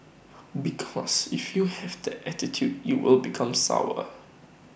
because if you have that attitude you will become sour